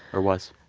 or was?